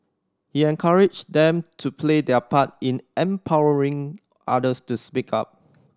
he encouraged them to play their part in empowering others to speak up